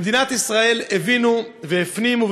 במדינת ישראל הבינו והפנימו,